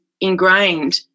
ingrained